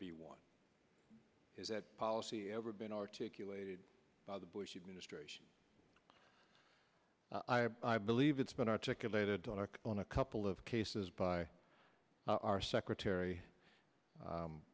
be one is that policy ever been articulated by the bush administration i believe it's been articulated on arc on a couple of cases by our secretary